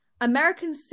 American